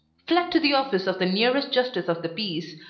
fled to the office of the nearest justice of the peace,